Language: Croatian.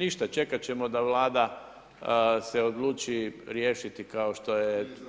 Ništa, čekati ćemo da se Vlada odluči riješiti kao što je, …… [[Upadica se ne čuje.]]